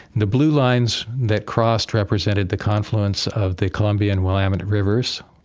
the blue lines that crossed represented the confluence of the colombia and willamette rivers.